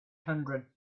hundred